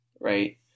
right